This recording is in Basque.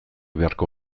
beharko